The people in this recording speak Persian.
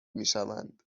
میشوند